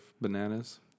bananas